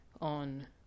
on